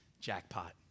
jackpot